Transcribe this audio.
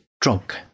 drunk